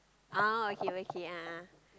ah okay okay a'ah